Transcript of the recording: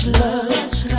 love